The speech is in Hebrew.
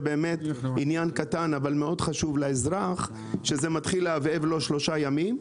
זה באמת עניין קטן אבל חשוב מאוד לאזרח זה מתחיל להבהב לו שלושה ימים,